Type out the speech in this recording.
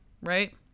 right